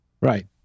Right